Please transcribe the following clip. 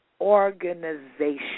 organization